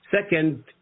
second